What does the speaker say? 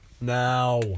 Now